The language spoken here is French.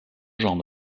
jean